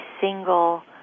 single